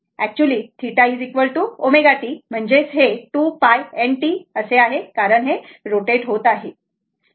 तरऍक्च्युली θ ω t म्हणजे 2 π n t कारण हे रोटेट होत आहे